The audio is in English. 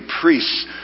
priests